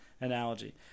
analogy